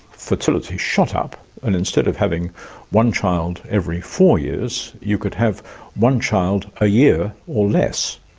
fertility shot up and instead of having one child every four years, you could have one child a year or less.